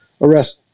arrest